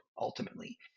ultimately